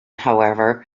however